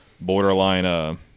borderline